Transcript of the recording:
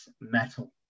metal